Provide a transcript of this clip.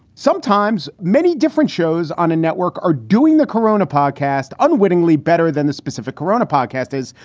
sometimes many different shows on a network are doing the corona podcast unwittingly better than the specific corona podcast is.